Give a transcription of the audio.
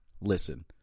listen